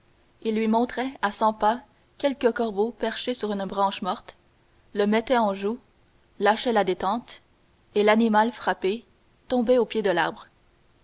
il lui montrait à cent pas quelque corbeau perché sur une branche morte le mettait en joue lâchait la détente et l'animal frappé tombait au pied de l'arbre